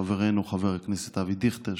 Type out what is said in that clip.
חברנו חבר הכנסת אבי דיכטר,